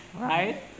right